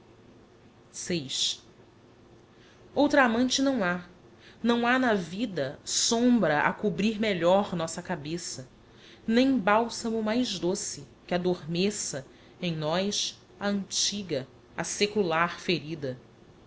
vi outra amante não ha não ha na vida sombra a cobrir melhor nossa cabeça nem balsamo mais doce que adormeça em nós a antiga a secular ferida